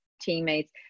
teammates